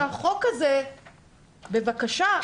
בבקשה.